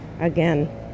Again